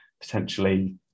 potentially